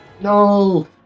No